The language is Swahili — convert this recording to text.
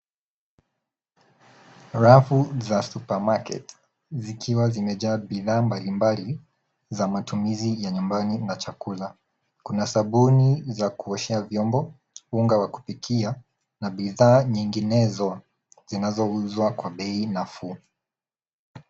Rafu za supermarket zikiwa zimejaa bidhaa mbalimbali za matumizi ya nyumbani na chakula. Kuna sabuni za kuoshea vyombo, unga wa kupikia na bidhaa nyinginezo zinazouzwa kwa bei nafuu.